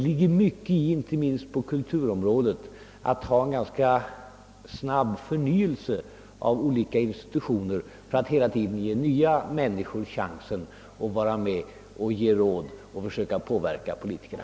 Det är inte minst på kulturområdet mycket viktigt med en ganska snabb förnyelse inom olika institutioner, så att hela tiden nya människor ges chansen att vara med och ge råd och försöka påverka politikerna.